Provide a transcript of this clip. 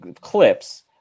clips